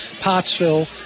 Pottsville